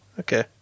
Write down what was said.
Okay